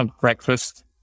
breakfast